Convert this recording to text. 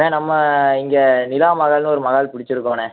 அண்ணே நம்ம இங்கே நிலா மகால் ஒரு மகால் பிடிச்சிருக்கோண்ணே